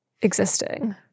existing